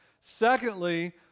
secondly